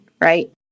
right